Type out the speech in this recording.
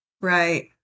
Right